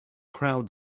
crowd